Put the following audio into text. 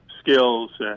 skills